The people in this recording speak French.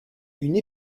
une